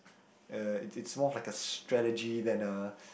uh it's it's more like a strategy than a